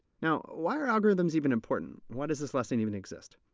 now, why are algorithms even important? why does this lesson even exist?